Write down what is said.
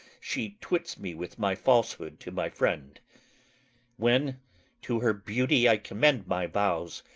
she twits me with my falsehood to my friend when to her beauty i commend my vows,